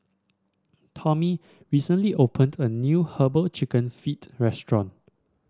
Tomie recently opened a new herbal chicken feet restaurant